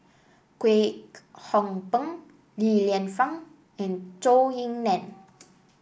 Kwek Hong Png Li Lienfung and Zhou Ying Nan